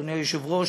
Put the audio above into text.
אדוני היושב-ראש,